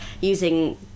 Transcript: using